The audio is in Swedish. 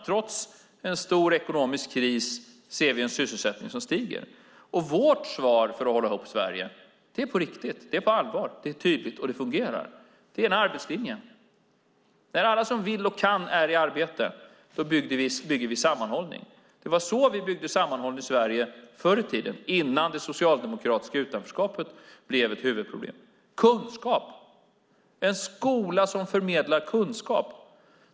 Trots en stor ekonomisk kris ser vi en sysselsättning som stiger. Vårt svar för att hålla ihop Sverige är på riktigt och på allvar. Det är tydligt och det fungerar. Det är en arbetslinje. När alla som vill och kan är i arbete bygger vi sammanhållningen. Det var så vi byggde sammanhållning i Sverige förr i tiden, innan det socialdemokratiska utanförskapet blev ett huvudproblem. Vi ska ha en skola som förmedlar kunskap.